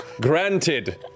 granted